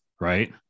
right